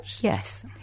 Yes